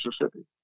Mississippi